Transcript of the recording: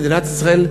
במדינת ישראל,